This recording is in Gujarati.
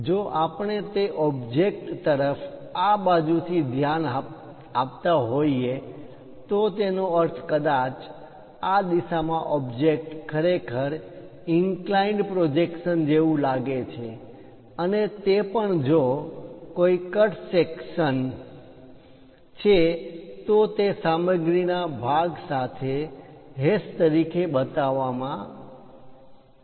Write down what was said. જો આપણે તે ઓબ્જેક્ટ વસ્તુ તરફ આ બાજુથી ધ્યાન આપતા હોઈએ તો તેનો અર્થ કદાચ આ દિશામાં ઓબ્જેક્ટ ખરેખર ઇન્ક્લાઈન્ડ પ્રોજેકશન જેવું લાગે છે અને તે પણ જો કોઈ કટ સેકશન કટ વિભાગો cut sections છે તો તે સામગ્રીના ભાગ સાથે હેશ તરીકે બતાવવામાં છે